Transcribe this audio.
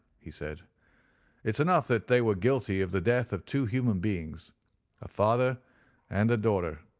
he said it's enough that they were guilty of the death of two human beings a father and a daughter